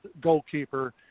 goalkeeper